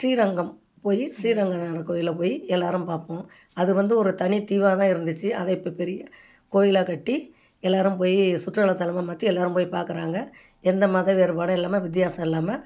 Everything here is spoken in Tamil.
ஸ்ரீரங்கம் போய் ஸ்ரீரங்கநாதர் கோயிலை போய் எல்லோரும் பார்ப்போம் அது வந்து ஒரு தனி தீவாகதான் இருந்துச்சு அதை இப்போ பெரிய கோயிலாக கட்டி எல்லோரும் போய் சுற்றலாத்தலமாக மாற்றி எல்லோரும் போய் பார்க்குறாங்க எந்த மத வேறுபாடும் இல்லாமல் வித்தியாசம் இல்லாமல்